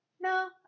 no